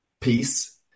peace